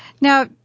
Now